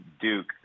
Duke